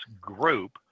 group